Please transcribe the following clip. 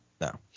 No